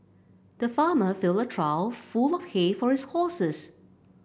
the farmer filled a trough full of hay for his horses